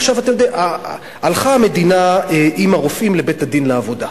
עכשיו, הלכה המדינה עם הרופאים לבית-הדין לעבודה.